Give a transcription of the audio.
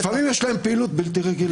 לפעמים יש להם פעילות בלתי רגילה.